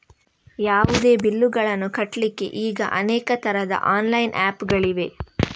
ಯಾವುದೇ ಬಿಲ್ಲುಗಳನ್ನು ಕಟ್ಲಿಕ್ಕೆ ಈಗ ಅನೇಕ ತರದ ಆನ್ಲೈನ್ ಆಪ್ ಗಳಿವೆ